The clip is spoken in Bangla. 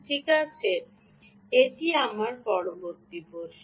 ঠিক আছে এটি আপনার পরবর্তী প্রশ্ন